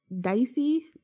dicey